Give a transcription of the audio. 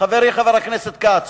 חברי חבר הכנסת כץ.